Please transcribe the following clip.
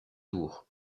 tour